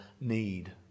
need